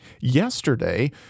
Yesterday